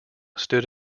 stood